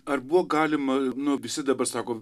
ar buvo galima nu visi dabar sako